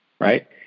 right